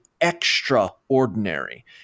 extraordinary